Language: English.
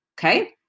Okay